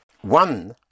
One